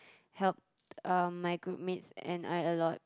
helped um my group mates and I a lot